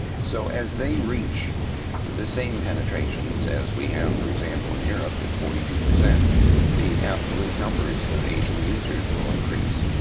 so as they reach the same penetrations as we have, for example, in europe, at forty two, the absolute numbers of asian users will increase.